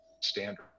standard